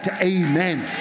amen